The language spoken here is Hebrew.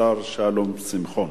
השר שלום שמחון.